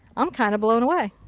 i'm kind of blown away.